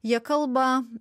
jie kalba